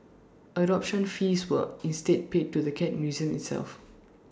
adoption fees were instead paid to the cat museum itself